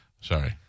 Sorry